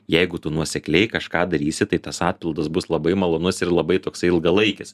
jeigu tu nuosekliai kažką darysi tai tas atpildas bus labai malonus ir labai toksai ilgalaikis